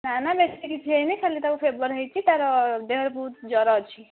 ନା ନା ବେଶି କିଛି ହୋଇନି ଖାଲି ତାକୁ ଫେବର ହୋଇଛି ତାର ଦେହରେ ବହୁତ ଜ୍ୱର ଅଛି